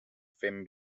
fem